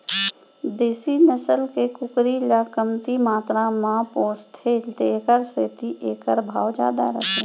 देसी नसल के कुकरी ल कमती मातरा म पोसथें तेकर सेती एकर भाव जादा रथे